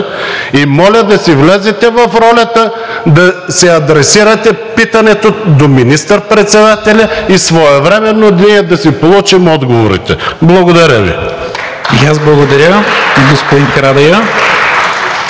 и моля да си влезете в ролята, да си адресирате питането до министър-председателя и своевременно ние да си получим отговорите. Благодаря Ви. (Ръкопляскания